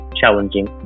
challenging